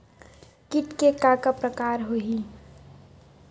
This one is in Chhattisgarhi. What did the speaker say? कीट के का का प्रकार हो होही?